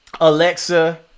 Alexa